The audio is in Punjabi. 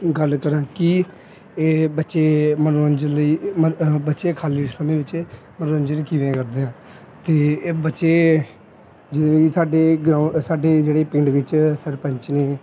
ਗੱਲ ਕਰਾਂ ਕਿ ਇਹ ਬੱਚੇ ਮਨੋਰੰਜਨ ਲਈ ਮ ਅ ਬੱਚੇ ਖਾਲੀ ਸਮੇਂ ਵਿੱਚ ਮਨੋਰੰਜਨ ਕਿਵੇਂ ਕਰਦੇ ਹੈ ਅਤੇ ਇਹ ਬੱਚੇ ਜਿਵੇਂ ਵੀ ਸਾਡੇ ਗਰਾਊਂ ਸਾਡੇ ਜਿਹੜੇ ਪਿੰਡ ਵਿੱਚ ਸਰਪੰਚ ਨੇ